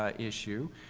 ah issue,